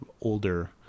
older